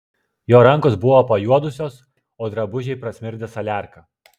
jo rankos buvo pajuodusios o drabužiai prasmirdę saliarka